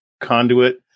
conduit